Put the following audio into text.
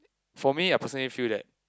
for me I personally feel that